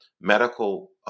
medical